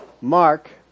Mark